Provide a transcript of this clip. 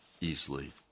easily